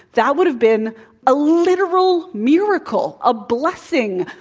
that would have been a literal miracle, a blessing,